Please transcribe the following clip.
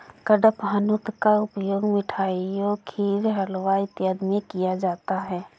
कडपहनुत का उपयोग मिठाइयों खीर हलवा इत्यादि में किया जाता है